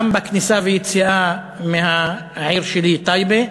גם בכניסה ויציאה מהעיר שלי, טייבה,